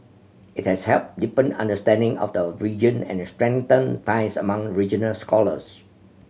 it has helped deepen understanding of the region and strengthened ties among regional scholars